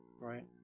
right